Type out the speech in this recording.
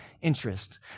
interest